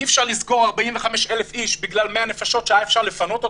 אי-אפשר לסגור 45,000 איש בגלל 100 נפשות שאפשר יהיה לפנות.